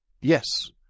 Yes